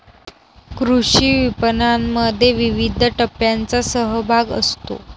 कृषी विपणनामध्ये विविध टप्प्यांचा सहभाग असतो